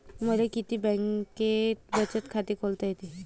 मले किती बँकेत बचत खात खोलता येते?